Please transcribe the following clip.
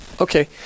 Okay